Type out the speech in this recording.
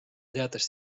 teatas